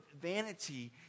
vanity